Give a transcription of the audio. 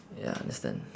ya understand